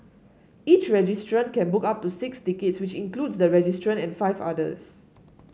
each registrant can book up to six tickets which includes the registrant and five others